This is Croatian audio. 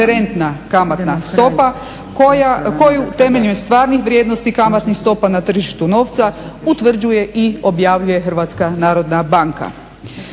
kamatnih stopa na tržištu novca utvrđuje i objavljuje Hrvatska narodna banka.